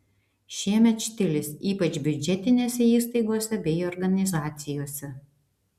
šiemet štilis ypač biudžetinėse įstaigose bei organizacijose